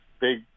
big